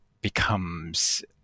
becomes